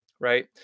right